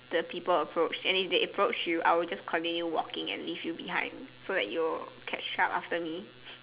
the people approach and if they approach you I will just continue walking and leave you behind so that you'll catch up after me